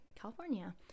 California